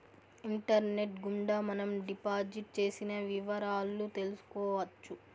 internet గుండా మనం deposit చేసిన వివరాలు తెలుసుకోవచ్చు